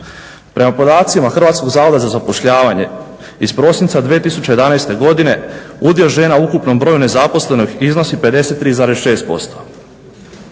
Prema podacima Hrvatskog zavoda za zapošljavanje iz prosinca 2011. godine udio žena u ukupnom broju nezaposlenih iznosi 53,6%.